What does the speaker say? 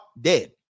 dead